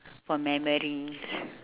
for memories